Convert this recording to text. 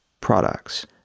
products